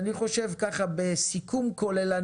בסיכום כולל,